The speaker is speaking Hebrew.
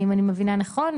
אם אני מבינה נכון,